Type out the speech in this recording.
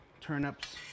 turnips